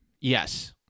yes